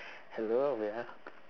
hello ya